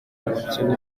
abakene